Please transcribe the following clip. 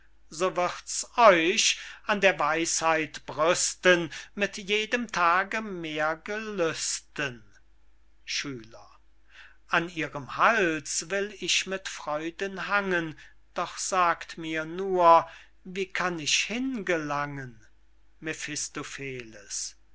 wird's euch an der weisheit brüsten mit jedem tage mehr gelüsten schüler an ihrem hals will ich mit freuden hangen doch sagt mir nur wie kann ich hingelangen